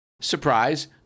surprise